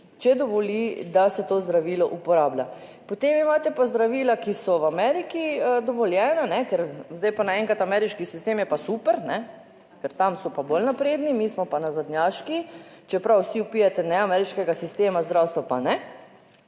če dovoli, da se to zdravilo uporablja. Potem imate pa zdravila, ki so v Ameriki dovoljena, ker zdaj pa naenkrat ameriški sistem je pa super, ne? Ker tam so pa bolj napredni, mi smo pa nazadnjaški. Čeprav vsi vpijete ne, ameriškega sistema zdravstva pa ne,